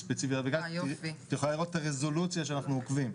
את יכולה לראות את הרזולוציה שאנחנו עוקבים.